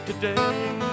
today